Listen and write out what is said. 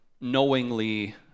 knowingly